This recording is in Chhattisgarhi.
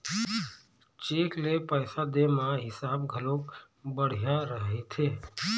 चेक ले पइसा दे म हिसाब घलोक बड़िहा रहिथे